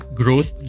growth